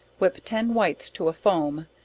whip ten whites to a foam,